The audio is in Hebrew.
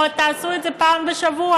או שתעשו את זה פעם בשבוע,